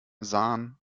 sahen